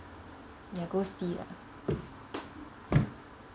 ya go see lah